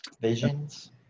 Visions